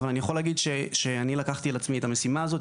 אבל אני יכול להגיד שאני לקחתי על עצמי את המשימה הזאת.